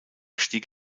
stieg